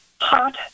hot